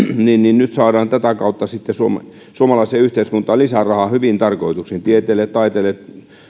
nyt saadaan tätä kautta sitten suomalaiseen yhteiskuntaan lisää rahaa hyviin tarkoituksiin tieteelle taiteelle